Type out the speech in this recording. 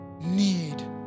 need